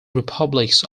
republics